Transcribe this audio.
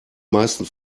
meisten